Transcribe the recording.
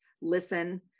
listen